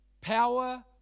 Power